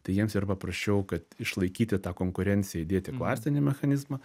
tai jiems yra paprasčiau kad išlaikyti tą konkurenciją įdėti kvarcinį mechanizmą